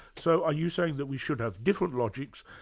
so are you saying that we should have different logics,